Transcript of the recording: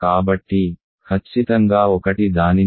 కాబట్టి ఖచ్చితంగా ఒకటి దానిని భాగిస్తుందా